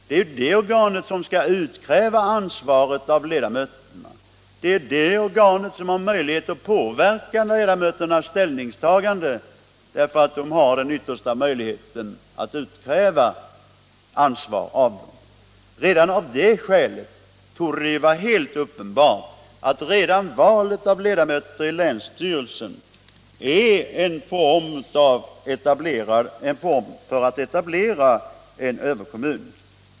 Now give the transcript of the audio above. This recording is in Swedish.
Det är ju det organet som skall utkräva ansvaret av ledamöterna och det organet som har möjlighet att påverka ledamöternas ställningstagande, eftersom det har den yttersta möjligheten att utkräva ansvar av dem. Redan av det skälet torde det vara helt uppenbart att valet av ledamöter i länsstyrelsen är en form för etablering av en överkommun.